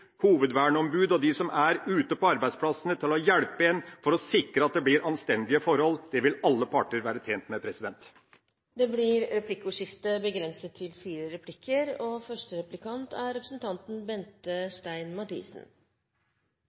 og dem som er ute på arbeidsplassene, til å hjelpe til med å sikre at det blir anstendige forhold. Det vil alle parter være tjent med. Det blir replikkordskifte. Representanten Lundteigen viser i sine merknader til